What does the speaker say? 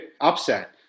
upset